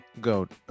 goat